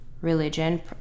religion